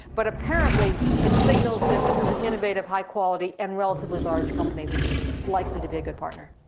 but apparently it signals that this is an innovative, high quality, and relatively large company that's ah likely to be a good partner.